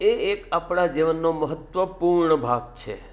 એ એક આપણા જીવનનો મહત્ત્વપૂર્ણ ભાગ છે